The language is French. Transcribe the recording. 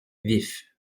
vif